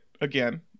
Again